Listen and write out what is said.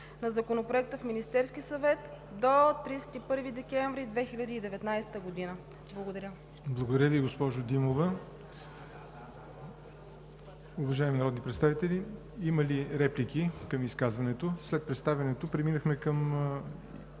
на Законопроекта в Министерския съвет до 31 декември 2019 г. Благодаря. ПРЕДСЕДАТЕЛ ЯВОР НОТЕВ: Благодаря Ви, госпожо Димова. Уважаеми народни представители, има ли реплики към изказването? След представянето преминахме към